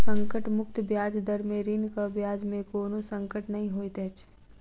संकट मुक्त ब्याज दर में ऋणक ब्याज में कोनो संकट नै होइत अछि